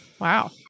Wow